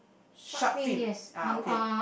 shark fin ah okay